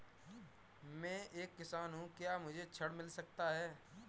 मैं एक किसान हूँ क्या मुझे ऋण मिल सकता है?